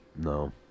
No